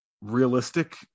realistic